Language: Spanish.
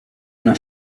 una